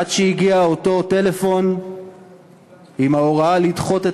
עד שהגיע אותו טלפון עם ההוראה לדחות את